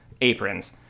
aprons